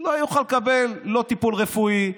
לא יוכל לקבל טיפול רפואי,